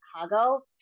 Chicago